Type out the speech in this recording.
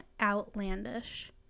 outlandish